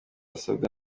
asabwa